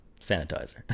Sanitizer